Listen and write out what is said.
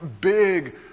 big